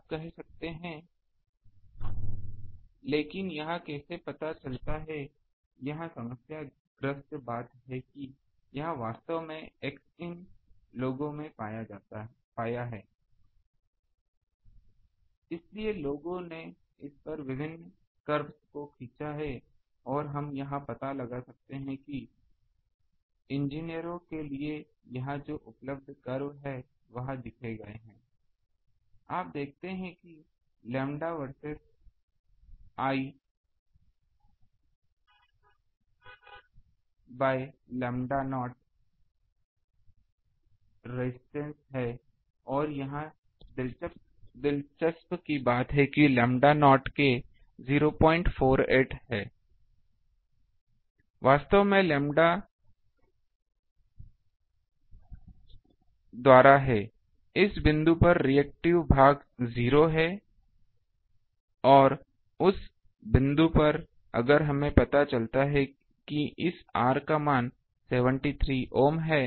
आप देखते हैं कि यह lambda versus versus I by lambda naught resistance है और यहाँ दिलचस्प बात यह है कि लैम्बडा नॉट के 048 है यह वास्तव में लैम्ब्डा द्वारा है l इस बिंदु पर रिएक्टिव भाग 0 है और उस बिंदु पर अगर हमें पता चलता है कि इस Rin का मान 73 ohm है